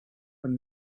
when